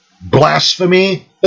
blasphemy